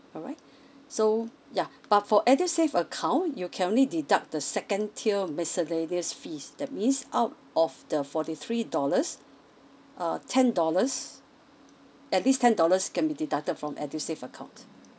alright so yeuh but for edusave account you can only deduct the second tier miscellaneous fees that means out of the forty three dollars uh ten dollars at least ten dollars can be deducted from edusave account